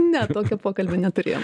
ne tokio pokalbio neturėjom